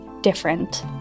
different